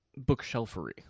bookshelfery